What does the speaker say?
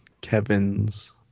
Kevin's